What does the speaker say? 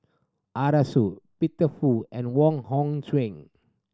Arasu Peter Fu and Wong Hong Suen